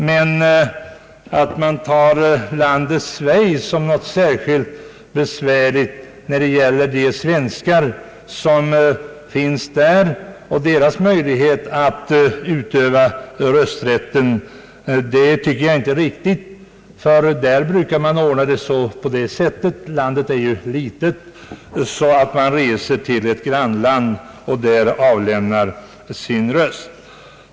Men att betrakta landet Schweiz som särskilt besvärligt när det gäller de svenskar som bor där och deras möjlighet att utöva rösträtt är enligt min uppfattning inte riktigt. Där brukar man ordna denna sak på det sättet — landet är ju litet — att man reser till ett grannland och där avlämnar sin röst.